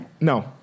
No